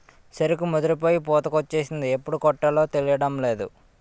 సెరుకు ముదిరిపోయి పూతకొచ్చేసింది ఎప్పుడు కొట్టాలో తేలడంలేదు